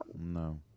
No